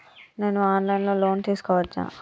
నేను online లో loan తీసుకోవచ్చా?